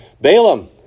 Balaam